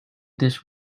dish